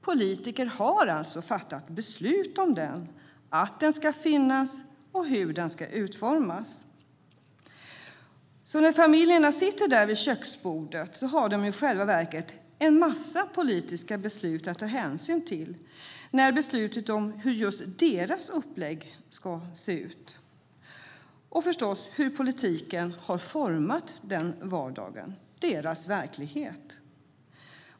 Politiker har alltså fattat beslut om att den ska finnas och hur den ska utformas. När familjerna sitter där vid köksbordet har de i själva verket en massa politiska beslut att ta hänsyn till när de fattar beslut om hur just deras upplägg ska se ut. De måste förstås också ta hänsyn till hur politiken har format deras vardag och deras verklighet.